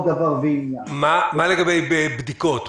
מה לגבי בדיקות?